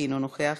אינו נוכח,